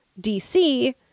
DC